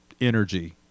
energy